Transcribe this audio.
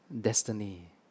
destiny